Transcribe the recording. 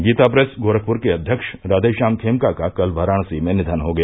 गीताप्रेस गोरखपुर के अध्यक्ष राघेश्याम खेमका का कल वाराणसी में निधन हो गया